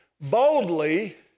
boldly